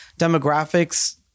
demographics